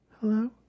Hello